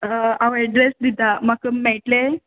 आंव एड्रॅस दिता म्हाका मेळटले